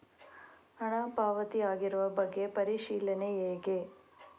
ಹಣ ಪಾವತಿ ಆಗಿರುವ ಬಗ್ಗೆ ಪರಿಶೀಲನೆ ಹೇಗೆ?